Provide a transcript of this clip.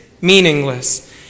meaningless